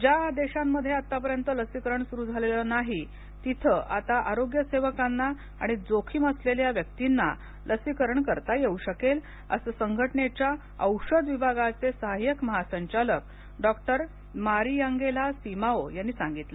ज्या देशांना आत्तापर्यंत लसीकरण सुरू झालेलं नाही तिथं आता आरोग्यसेवकांना आणि जोखीम असलेल्या व्यक्तींना लसीकरण करता येऊ शकेल असं संघटनेच्या औषध विभागाचे सहायक महासंचालक डॉक्टर मारियांगेला सिमाओ यांनी सांगितलं